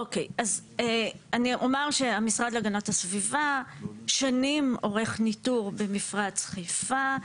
אז אני אומר שהמשרד להגנת הסביבה שנים עורך ניטור במפרץ חיפה,